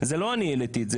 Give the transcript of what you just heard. זה לא אני העליתי את זה,